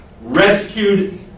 rescued